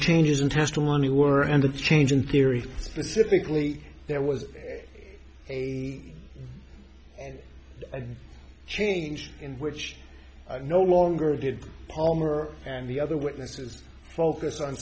changes in testimony were and the change in theory specifically there was a change in which no longer did palmer and the other witnesses focus on